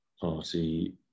party